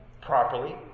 properly